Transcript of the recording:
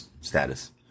status